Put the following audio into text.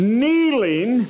kneeling